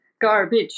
garbage